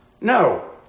No